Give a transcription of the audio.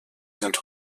sind